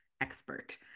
expert